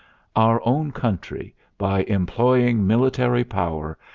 our own country, by employing military power,